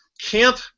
camp